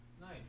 nice